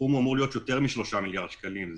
הסכום אמור להיות יותר מ-3 מיליארד שקלים.